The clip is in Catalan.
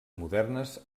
modernes